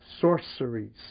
sorceries